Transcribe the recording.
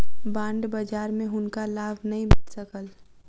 bond बजार में हुनका लाभ नै भेट सकल